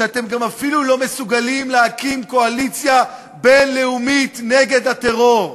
שאתם גם אפילו לא מסוגלים להקים קואליציה בין-לאומית נגד הטרור,